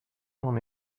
n’en